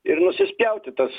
ir nusispjaut į tas